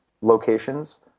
locations